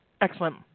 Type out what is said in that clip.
Excellent